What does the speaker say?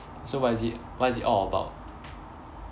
so what is it what is it all about